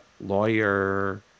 .lawyer